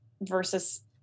versus